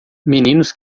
meninos